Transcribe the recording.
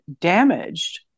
damaged